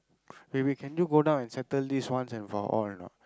wait wait can you go down and settle this once and for all or not